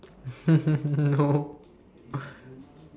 no